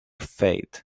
faith